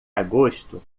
agosto